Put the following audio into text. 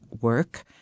work